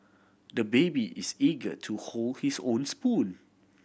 the baby is eager to hold his own spoon